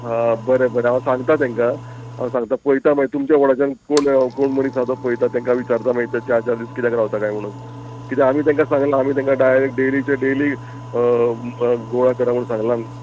हां बरें बरें हांव सांगता तेंकां हांव सांगता पयता मागीर तुमच्या वांगडाच्यान कोण कोण मनीस आतां पयता तेंकां विचारता मागीर ते चार चार दीस कित्याक रावता काय म्हणून किद्या आमी तेंकां सांगलां आमी तेंकां डायरेक्ट डेलीचे डेली गोळा करा म्हण सांगलां